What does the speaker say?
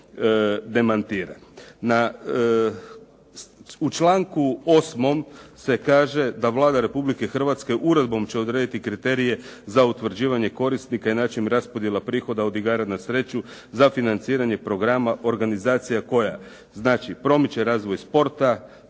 U članku 8. se kaže da Vlada Republike Hrvatske uredbom će odrediti kriterije za utvrđivanje korisnika i način raspodjela prihoda od igara na sreću za financiranje programa organizacija koja znači promiče razvoj sporta,